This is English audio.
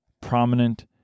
prominent